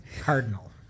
Cardinal